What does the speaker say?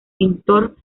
pintor